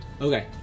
Okay